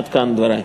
עד כאן דברי.